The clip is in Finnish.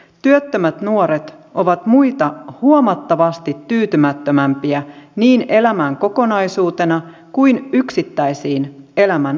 työttömät nuoret ovat muita huomattavasti tyytymättömämpiä niin elämään kokonaisuutena kuin yksittäisiin elämänaloihin